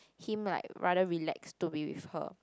him like rather relaxed to be with her